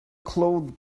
clothes